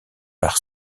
par